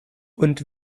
und